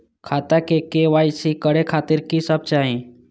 खाता के के.वाई.सी करे खातिर की सब चाही?